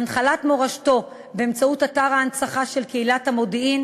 הנחלת מורשתו באמצעות אתר ההנצחה של קהילת המודיעין